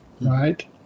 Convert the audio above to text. right